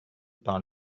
par